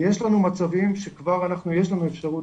יש לנו מצבים שכבר אנחנו יש לנו אפשרות